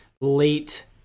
late